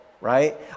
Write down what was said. right